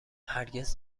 هرگز